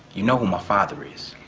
you know who my father is.